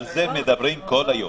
על זה מדברים כל היום.